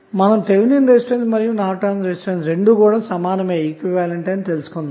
మనము Thevenin resistance మరియు Norton resistance రెండూ సమానమే అని తెలుసుకున్నాము